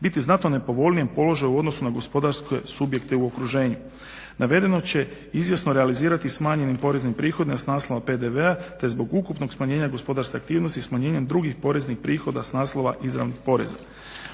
biti u znatno nepovoljnijem položaju u odnosu na gospodarske subjekte u okruženju. Navedeno će izvjesno realizirati smanjenim poreznim prihodima s naslova PDV-a te zbog ukupnog smanjenja gospodarske aktivnosti smanjenjem drugih poreznih prihoda s naslova …/Ne